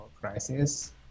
crisis